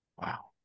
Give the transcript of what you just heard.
Wow